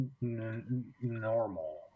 normal